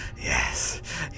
Yes